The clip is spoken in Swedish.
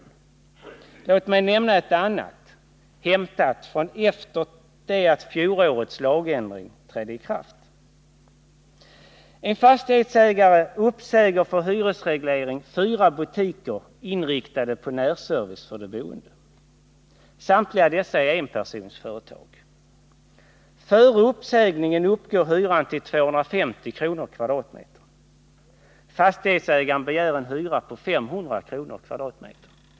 Låt mig nämna ett annat hämtat från tiden efter det att fjolårets lagändring trätt i kraft. En fastighetsägare uppsäger för hyresreglering fyra butiker inriktade på närservice åt de boende i området. Samtliga dessa butiker är enpersonsföretag. Före uppsägningen uppgår hyran till 250 kr. per kvadratmeter. Fastighetsägaren begär en hyra på 500 kr. per kvadratmeter.